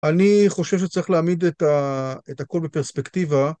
אני חושב שצריך להעמיד את הכל בפרספקטיבה.